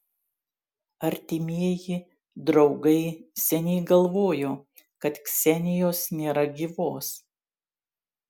artimieji draugai seniai galvojo kad ksenijos nėra gyvos